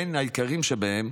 ובין העיקריים שבהם: